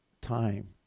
time